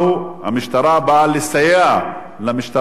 המשטרה באה לסייע למשטרה הצבאית.